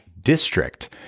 district